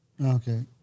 Okay